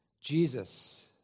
Jesus